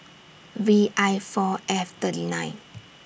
V I four F thirty nine